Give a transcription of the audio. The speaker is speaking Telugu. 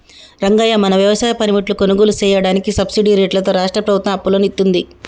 రంగయ్య మన వ్యవసాయ పనిముట్లు కొనుగోలు సెయ్యదానికి సబ్బిడి రేట్లతో రాష్ట్రా ప్రభుత్వం అప్పులను ఇత్తుంది